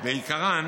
בעיקרן